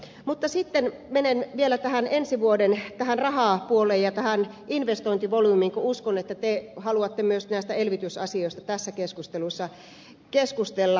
mutta sitten menen vielä ensi vuoden rahapuoleen ja investointivolyymiin kun uskon että te haluatte myös näistä elvytysasioista tässä keskustella